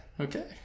Okay